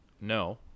no